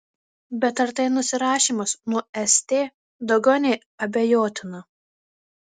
bet ar tai nusirašymas nuo st daugiau nei abejotina